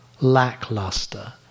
lackluster